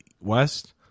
West